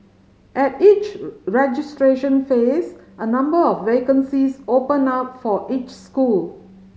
at each registration phase a number of vacancies open up for each school